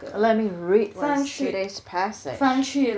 let me read what's today's passage